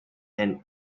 and